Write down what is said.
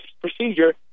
procedure